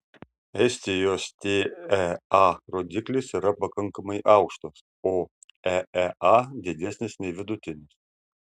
estijos tea rodiklis yra pakankamai aukštas o eea didesnis nei vidutinis